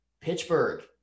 Pittsburgh